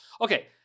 Okay